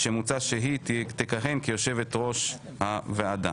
מוצע שהיא תכהן כיושבת-ראש הוועדה.